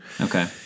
okay